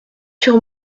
sur